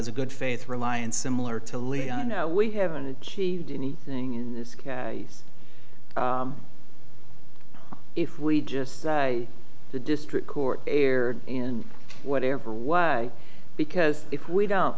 is a good faith reliance similar to leon no we haven't achieved anything in this case if we just say the district court erred in whatever way because if we don't